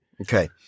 Okay